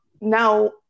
now